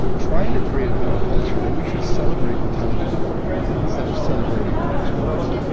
trying to create a bit of a culture that we should celebrate intelligence instead of celebrating sports,